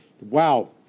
Wow